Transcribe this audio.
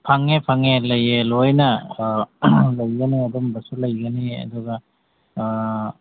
ꯐꯪꯉꯦ ꯐꯪꯉꯦ ꯂꯩꯌꯦ ꯂꯣꯏꯅ ꯑꯥ ꯂꯩꯒꯅꯤ ꯑꯗꯨꯝꯕꯁꯨ ꯂꯩꯒꯅꯤ ꯑꯗꯨꯒ